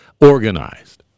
organized